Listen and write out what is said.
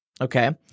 Okay